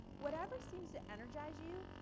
whatever seems to energize you,